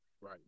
right